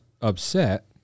upset